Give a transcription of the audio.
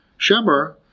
Shemar